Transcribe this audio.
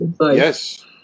Yes